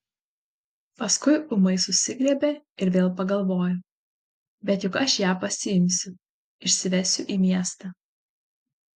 paskui ūmai susigriebė ir vėl pagalvojo bet juk aš ją pasiimsiu išsivesiu į miestą